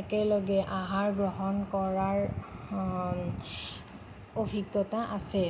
একেলগে আহাৰ গ্ৰহণ কৰাৰ অভিজ্ঞতা আছে